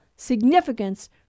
significance